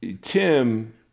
Tim